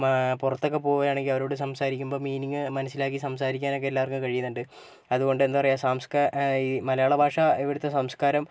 പുറത്തൊക്കെ പോവുകയാണെങ്കിൽ അവരോട് സംസാരിക്കുമ്പോൾ മീനിങ് മനസ്സിലാക്കി സംസാരിക്കാനൊക്കെ എല്ലാവർക്കും കഴിയുന്നുണ്ട് അതുകൊണ്ട് എന്താണ് പറയുക സാംസ്ക മലയാള ഭാഷ ഇവിടുത്തെ സംസ്കാരം